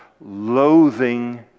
loathing